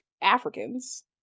africans